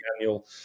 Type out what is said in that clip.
annual